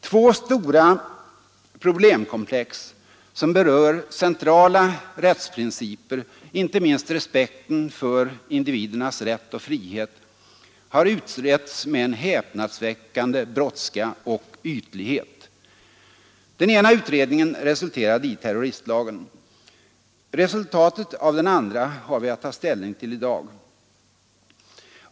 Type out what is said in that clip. Två stora problemkomplex som berör centrala rättsprinciper, inte minst respekten för individernas rätt och frihet, har utretts med häpnadsväckande brådska och ytlighet. Den ena utredningen resulterade i terroristlagen. Resultatet av den andra har vi att ta ställning till i dag.